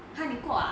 !huh! 你过啊